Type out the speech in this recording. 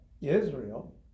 Israel